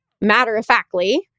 matter-of-factly